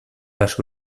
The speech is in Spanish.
las